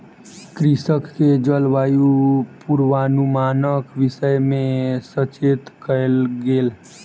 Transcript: कृषक के जलवायु पूर्वानुमानक विषय में सचेत कयल गेल